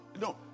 no